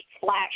flash